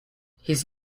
his